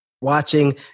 watching